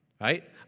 Right